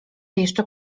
jeszcze